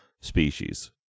species